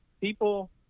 people